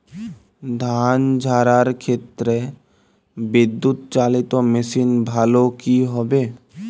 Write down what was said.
ধান ঝারার ক্ষেত্রে বিদুৎচালীত মেশিন ভালো কি হবে?